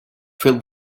fill